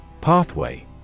Pathway